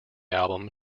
album